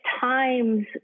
times